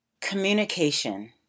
Communication